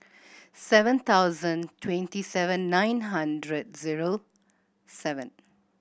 seven thousand twenty seven nine hundred zero seven